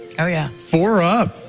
ah yeah four up.